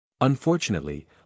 Unfortunately